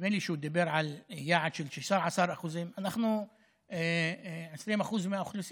נדמה לי שהוא דיבר על יעד של 16%. אנחנו 20% מהאוכלוסייה,